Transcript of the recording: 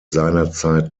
seinerzeit